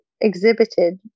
exhibited